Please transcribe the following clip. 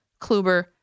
Kluber